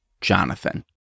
Jonathan